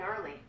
early